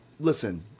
Listen